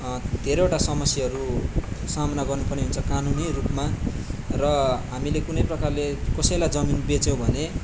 धेरैवटा समस्याहरू सामना गर्नु पर्ने हुन्छ कानुनी रूपमा र हामीले कुनै प्रकारले कसैलाई जमिन बेच्यो भने